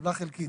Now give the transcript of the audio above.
התקבלה חלקית.